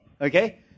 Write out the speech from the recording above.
Okay